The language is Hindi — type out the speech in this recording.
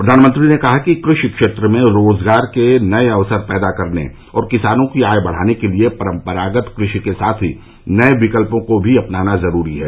प्रधानमंत्री ने कहा कि कृषि क्षेत्र में रोजगार के नये अवसर पैदा करने और किसानों की आय बढ़ाने के लिए परंपरागत कृषि के साथ ही नये विकल्पों को अपनाना भी जरूरी है